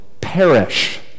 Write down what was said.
perish